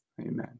amen